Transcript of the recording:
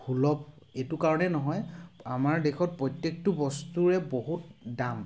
সুলভ এইটো কাৰণেই নহয় আমাৰ দেশত প্ৰত্যেকটো বস্তুৰে বহুত দাম